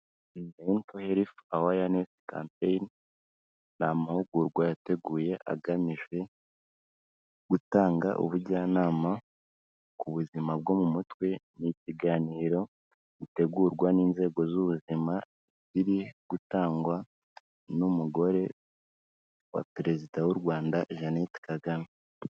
N'amahugurwa yateguye agamije gutanga ubujyanama ku buzima bwo mu mutwe. Ni ikiganiro gitegurwa n'inzego z'ubuzima kiri gutangwa n'umugore wa Perezida w'u Rwanda Jeannette Kagame.